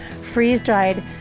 freeze-dried